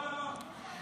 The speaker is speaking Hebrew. לא, לא.